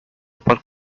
pot